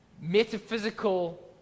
metaphysical